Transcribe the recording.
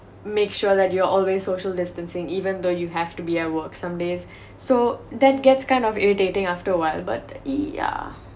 make sure that you're always social distancing even though you have to be at work some days so that gets kind of irritating after awhile but yeah